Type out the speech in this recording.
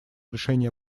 решение